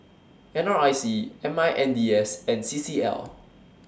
N R I C M I N D S and C C L